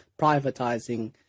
privatizing